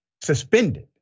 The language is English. suspended